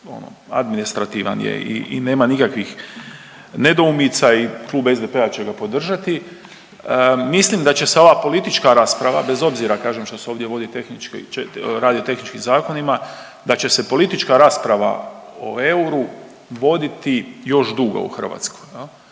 administrativan je i nema nikakvih nedoumica i Klub SDP-a će ga podržati. Mislim da će se ova politička rasprava bez obzira kažem što se ovdje vodi tehnički, radi o tehničkim zakonima, da će se politička rasprava o euru voditi još dugo u Hrvatskoj